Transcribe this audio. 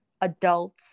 adult's